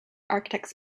architects